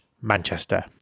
Manchester